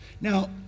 Now